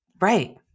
Right